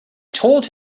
told